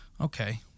okay